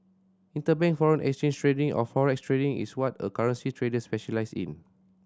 interbank foreign exchange trading or forex trading is what a currency trader specialises in